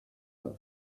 das